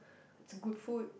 it's good food